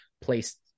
placed